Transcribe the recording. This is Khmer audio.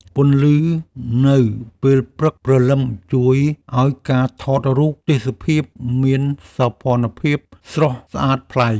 ពន្លឺនៅពេលព្រឹកព្រលឹមជួយឱ្យការថតរូបទេសភាពមានសោភ័ណភាពស្រស់ស្អាតប្លែក។